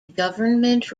government